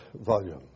volume